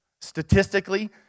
statistically